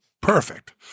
Perfect